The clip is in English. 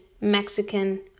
Mexican